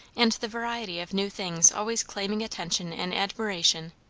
and the variety of new things always claiming attention and admiration,